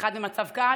ואחד במצב קל,